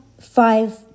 five